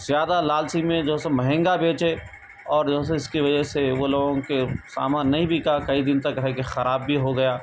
زیادہ لالچی میں جو ہے سو مہنگا بیچے اور جو ہے سو اس کی وجہ سے وہ لوگوں کے سامان نہیں بکا کئی دن تک رہ کر خراب بھی ہوگیا